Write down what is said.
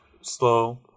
slow